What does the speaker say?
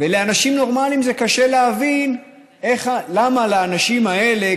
ולאנשים נורמליים זה קשה להבין למה לאנשים האלה,